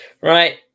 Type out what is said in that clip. right